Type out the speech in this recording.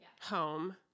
home